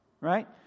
Right